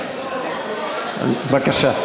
בבקשה.